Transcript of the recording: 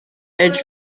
edge